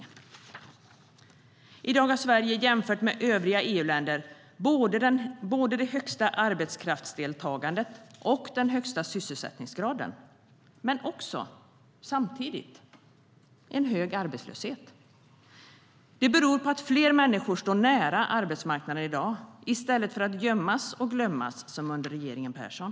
I dag har Sverige jämfört med övriga EU-länder både det högsta arbetskraftsdeltagandet och den högsta sysselsättningsgraden, men också samtidigt en hög arbetslöshet. Det beror på att fler människor står nära arbetsmarknaden i dag, i stället för att gömmas och glömmas som under regeringen Persson.